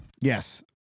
Yes